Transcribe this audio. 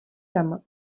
tam